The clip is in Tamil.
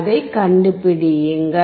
அதைக் கண்டுபிடியுங்கள்